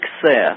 success